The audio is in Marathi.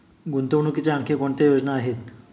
गुंतवणुकीच्या आणखी कोणत्या योजना आहेत?